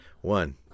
One